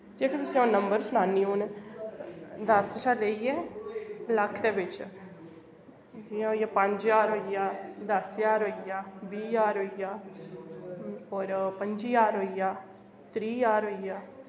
इक तुसें आं'ऊ नंबर सनानी हून दस शा लेईयै लक्ख दे बिच्च जियां होईया पंज ज्हार होईया दस ज्हार होईया बीह् ज्हार होईया और पंजी ज्हार होईया त्रीह् ज्हार होईया